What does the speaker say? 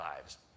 lives